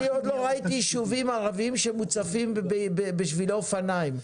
אני עוד לא ראיתי יישובים ערביים שמוצפים בשבילי אופניים.